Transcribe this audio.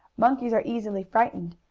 monkeys are easily frightened,